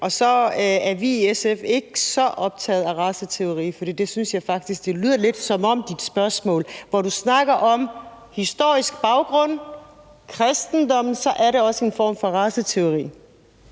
og så er vi i SF ikke så optaget af raceteori. For det synes jeg faktisk det lyder lidt som om i dit spørgsmål, hvor du snakker om historisk baggrund, kristendommen. Så er det også en form for raceteori.